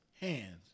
hands